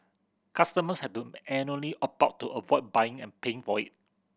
customers had to annually opt out to avoid buying and paying for it